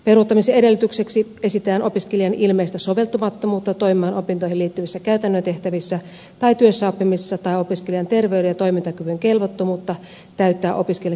peruuttamisedellytykseksi esitetään opiskelijan ilmeistä soveltumattomuutta toimimaan opintoihin liittyvissä käytännön tehtävissä tai työssäoppimisessa tai opiskelijan terveyden ja toimintakyvyn kelvottomuutta täyttää opiskelijaksi ottamisen edellytyksiä